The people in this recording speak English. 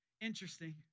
interesting